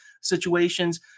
situations